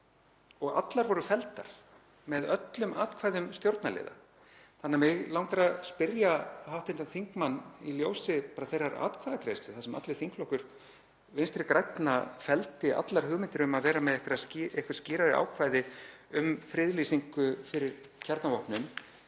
tillögur felldar með öllum atkvæðum stjórnarliða. Þannig að mig langar að spyrja hv. þingmann í ljósi þeirrar atkvæðagreiðslu þar sem allur þingflokkur Vinstri grænna felldi allar hugmyndir um að vera með einhver skýrari ákvæði um friðlýsingu fyrir kjarnavopnum: